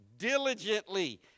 diligently